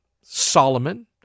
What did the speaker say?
Solomon